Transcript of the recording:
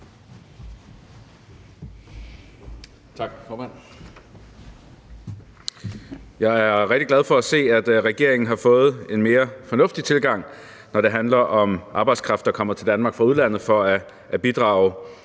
Jeg er rigtig glad for at se, at regeringen har fået en mere fornuftig tilgang, når det handler om arbejdskraft, der kommer til Danmark fra udlandet for at bidrage.